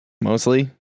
mostly